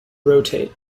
rotate